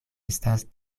estas